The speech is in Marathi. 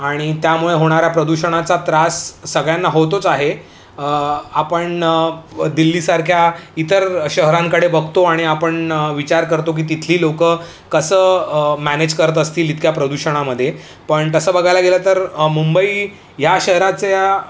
आणि त्यामुळे होणाऱ्या प्रदूषणाचा त्रास सगळ्यांना होतोच आहे आपण दिल्लीसारख्या इतर शहरांकडे बघतो आणि आपण विचार करतो की तिथली लोक कसं मॅनेज करत असतील इतक्या प्रदूषणामध्ये पण तसं बघायला गेलं तर मुंबई या शहराच्या